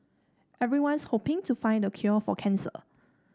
everyone's hoping to find the cure for cancer